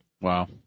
Wow